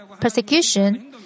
persecution